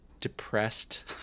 depressed